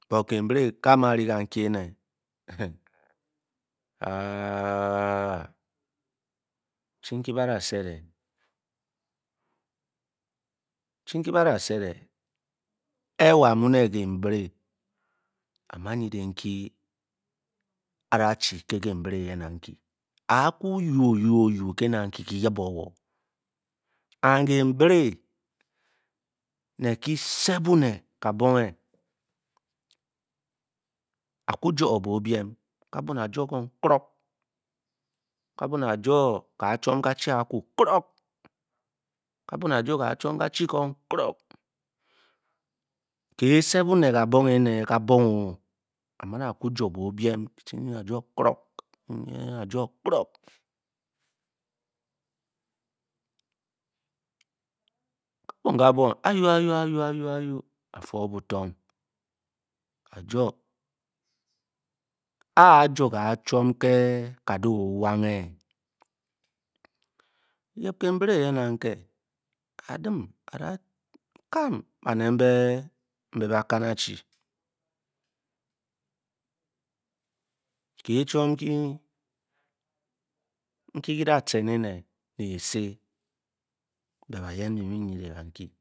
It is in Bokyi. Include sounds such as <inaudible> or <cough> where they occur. But kembele car man lee kan keneh be <noise> chin ke bara seleh <hesitation> chi ke ba ra seleh air wor mole kembele ama yeling inke ar ba di nke kembele yen Anki a you o you kenah. nke seven nor kabreng <hesitation> o yo bo bem ar to krong a ban a re yo ka chom ka chi Anki kprog a ban ka chom ka chi Ron kpog ke sel onel ga bonk nke ka bonger o kugor bor bime. kprong eh o yo kpong <hesitation> ka bongeh ayu ayu ayu or fur botong o jo ah jo ka chum nke ar do o yeng eh kembele yen kan keneh a dem a ba kame banel mbe mba kan achi <hesitation> ke. chom nke ga ra ter nen lee asce ke yen imu yelenk kan ke.